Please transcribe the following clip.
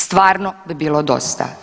Stvarno bi bilo dosta.